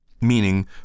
meaning